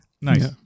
Nice